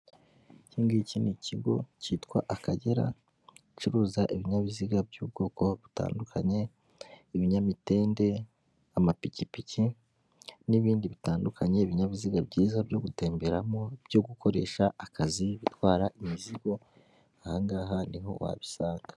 Iki ngiki ni ikigo cyitwa Akagera gicuruza ibinyabiziga by'ubwoko butandukanye, ibinyamitende, amapikipiki n'ibindi bitandukanye ibinyabiziga byiza byo gutemberamo byo gukoresha akazi bitwara imizigo aha ngaha niho wabisanga.